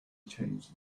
changed